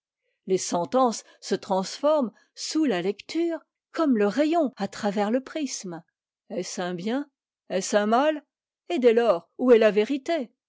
les sentences se transforment sous la lecture comme le rayon à travers le prisme est-ce un bien est-ce un mal et dès lors où est la vérité